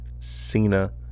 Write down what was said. Cena